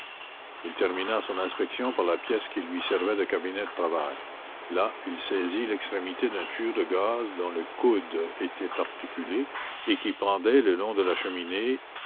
il termina son inspection par la pièce qui lui servait de cabinet de travail là il saisit l'extrémité d'un tuyau de gaz dont le coude était articulé et qui pendait le long de la cheminée